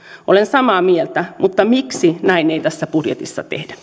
olen samaa mieltä mutta miksi näin ei tässä budjetissa tehdä